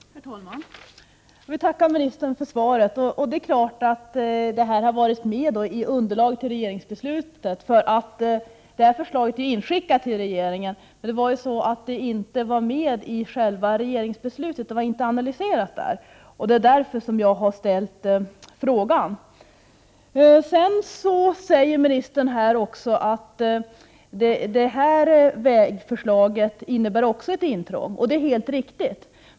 Herr talman! Jag vill tacka ministern för svaret. Det är klart att det här förslaget har varit med i underlaget för regeringsbeslutet. Förslaget är ju inskickat till regeringen, men det var inte med i själva regeringsbeslutet. Förslaget var inte analyserat där, och det är därför jag har ställt frågan. Ministern säger att ”Naturskyddsföreningens förslag innebär också ett intrång”, och det är helt riktigt.